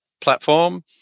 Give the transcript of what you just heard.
platform